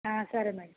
సరే మేడం